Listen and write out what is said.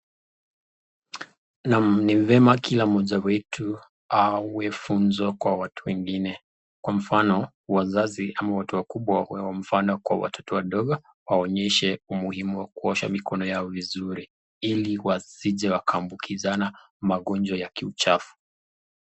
Naam, ni vyema kila moja wetu awe funzo kwa watu wengine, kwa mfano mzazi ama watu wakubwa wako na mfano kwa watoto wadogo awaonyeshe umuhimu wa kuosha mikono ya vizuri , hili wasije wakaambukizana magonjwa ya kiuchafu.